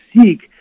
seek